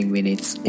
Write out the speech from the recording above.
Minutes